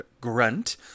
grunt